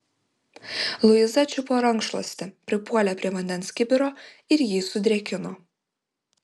luiza čiupo rankšluostį pripuolė prie vandens kibiro ir jį sudrėkino